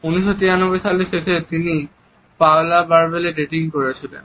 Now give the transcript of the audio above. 1993 সালের শেষে তিনি পাওলা বার্বেরেইকে ডেটিং করছিলেন